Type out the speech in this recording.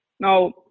Now